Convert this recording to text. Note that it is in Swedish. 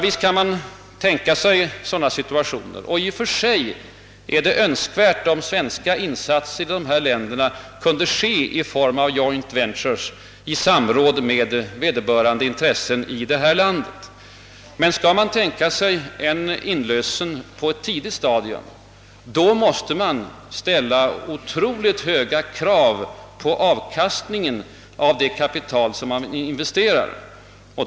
Visst kan man tänka sig sådana situationer och i och för sig är det önskvärt, om svenska insatser kunde ske i form av »joint ventures» med vederbörande intressen i ifrågavarande land. Men skall man tänka sig en inlösen på ett tidigt stadium, måste man ställa otroligt höga krav på avkastningen av det kapital man investerar.